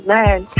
Man